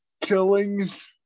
killings